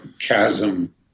chasm